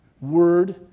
word